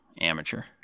Amateur